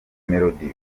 melody